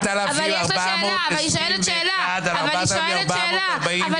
אדוני היושב-ראש, אני